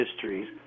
histories